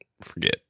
forget